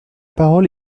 parole